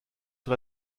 sur